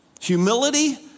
Humility